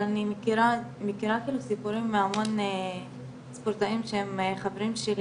אבל אני מכירה סיפורים מהמון ספורטאים שהם חברים שלי